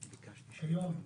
כיום,